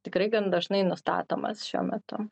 tikrai gan dažnai nustatomas šiuo metu